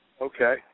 Okay